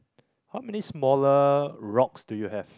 how many smaller rocks do you have